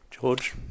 George